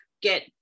get